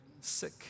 sick